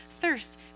thirst